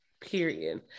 period